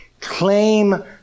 claim